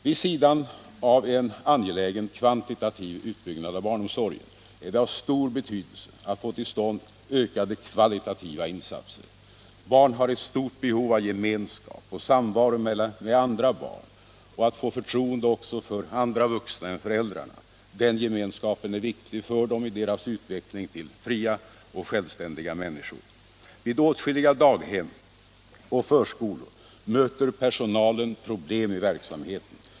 Vid sidan av en angelägen kvantitativ utbyggnad av barnomsorgen är det av stor betydelse att få till stånd ökade kvalitativa insatser. Barn har ett stort behov av gemenskap och samvaro med andra barn och att få förtroende också för andra vuxna än föräldrarna. Den gemenskapen är viktig för dem i deras utveckling till fria och självständiga människor. Allmänpolitisk debatt Torsdagen den samheten.